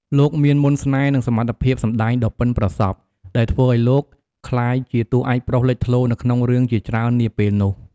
លោកមានមន្តស្នេហ៍ និងសមត្ថភាពសម្តែងដ៏ប៉ិនប្រសប់ ដែលធ្វើឱ្យលោកក្លាយជាតួឯកប្រុសលេចធ្លោនៅក្នុងរឿងជាច្រើននាពេលនោះ។